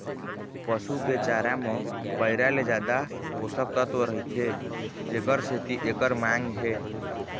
पसू के चारा म पैरा ले जादा पोषक तत्व रहिथे तेखर सेती एखर मांग हे